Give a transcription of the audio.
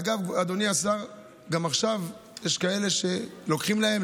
אגב, אדוני השר, גם עכשיו יש כאלה שלוקחים להם.